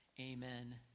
Amen